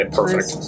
perfect